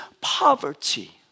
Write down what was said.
poverty